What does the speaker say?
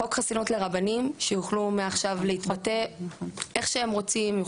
חוק חסינות לרבנים שיוכלו מעכשיו להתבטא איך שהם רוצים.